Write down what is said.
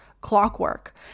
clockwork